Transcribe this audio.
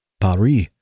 Paris